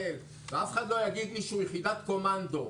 ואף אחד לא יגיד לי שהוא יחידת קומנדו.